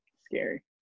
Scary